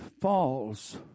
falls